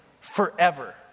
forever